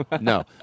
No